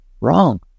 Wrong